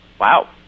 Wow